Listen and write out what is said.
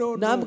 no